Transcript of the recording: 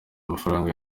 mafaranga